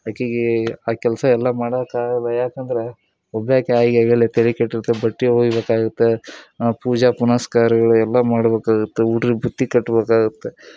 ಆಕೆಗೇ ಆ ಕೆಲಸ ಎಲ್ಲ ಮಾಡೋಕ್ಕಾಗಲ್ಲ ಯಾಕಂದ್ರೆ ಒಬ್ಬಾಕಿ ಆಗಿ ಅಗ್ಯೆಲ್ಲ ತಲೆ ಕೆಟ್ಟಿರುತ್ತೆ ಬಟ್ಟೆ ಒಗಿಬೇಕಾಗತ್ತೆ ಪೂಜೆ ಪುನಸ್ಕಾರಗಳು ಎಲ್ಲ ಮಾಡ್ಬೇಕಾಗುತ್ತೆ ಹುಡ್ರಿಗ್ ಬುತ್ತಿ ಕಟ್ಬೇಕಾಗುತ್